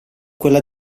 quella